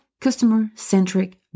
customer-centric